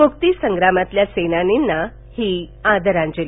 मुक्तीसंग्रामातल्या सेनानींना ही आदरांजली